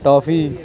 toffee